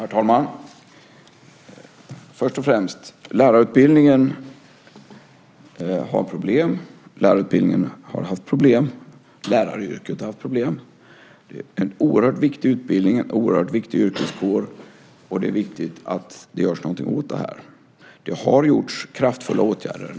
Herr talman! Först och främst: Lärarutbildningen har problem. Lärarutbildningen har haft problem, och läraryrket har haft problem. Detta är en oerhört viktig utbildning och det är en oerhört viktig yrkeskår, så det är viktigt att något görs åt det här. Det har vidtagits kraftfulla åtgärder.